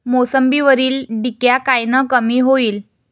मोसंबीवरील डिक्या कायनं कमी होईल?